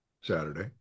Saturday